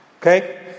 Okay